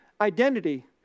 identity